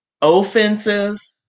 offensive